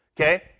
Okay